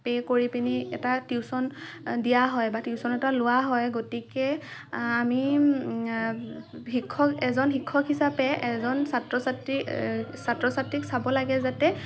pay কৰি পিনি এটা টিউচন দিয়া হয় বা টিউচন এটা লোৱা হয় গতিকে আমি শিক্ষক এজন শিক্ষক হিচাপে এজন ছাত্ৰ ছাত্ৰী ছাত্ৰ ছাত্ৰীক চাব লাগে যাতে